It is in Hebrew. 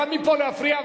גם מפה להפריע,